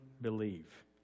believe